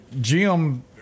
Jim